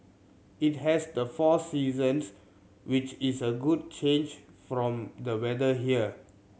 it has the four seasons which is a good change from the weather here